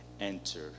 enter